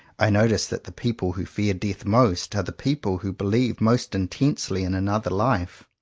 i notice that the people who fear death most, are the people who believe most intensely in another life.